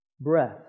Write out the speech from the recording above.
breath